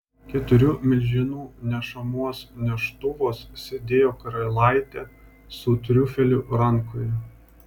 keturių milžinų nešamuos neštuvuos sėdėjo karalaitė su triufeliu rankoje